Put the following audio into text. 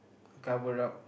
cover up